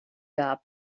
gab